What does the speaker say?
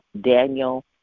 Daniel